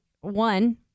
One